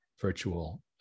virtual